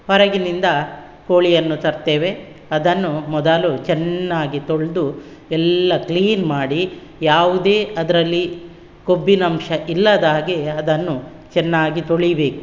ಹೊರಗಿನಿಂದ ಕೋಳಿಯನ್ನು ತರ್ತೇವೆ ಅದನ್ನು ಮೊದಲು ಚೆನ್ನಾಗಿ ತೊಳೆದು ಎಲ್ಲ ಕ್ಲೀನ್ ಮಾಡಿ ಯಾವುದೇ ಅದರಲ್ಲಿ ಕೊಬ್ಬಿನಂಶ ಇಲ್ಲದ ಹಾಗೆ ಅದನ್ನು ಚೆನ್ನಾಗಿ ತೊಳೀಬೇಕು